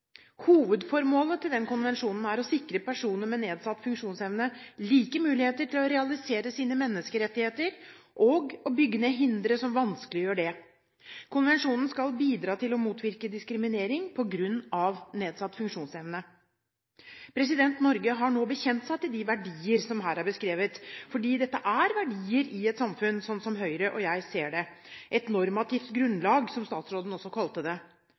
Hovedformålet til konvensjonen er å sikre personer med nedsatt funksjonsevne like muligheter til å realisere sine menneskerettigheter, og bygge ned hindre som vanskeliggjør det. Konvensjonen skal bidra til å motvirke diskriminering på grunn av nedsatt funksjonsevne. Norge har nå bekjent seg til de verdier som her er beskrevet. Dette er verdier i et samfunn, sånn som Høyre og jeg ser det, eller et normativt grunnlag, som statsråden kalte det.